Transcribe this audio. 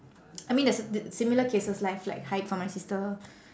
I mean there's t~ similar cases I've like hide for my sister